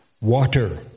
water